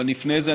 אבל לפני זה,